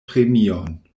premion